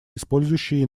использующие